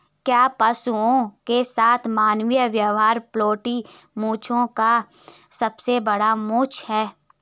क्या पशुओं के साथ मानवीय व्यवहार पोल्ट्री मुद्दों का सबसे बड़ा मुद्दा है?